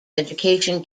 education